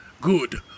Good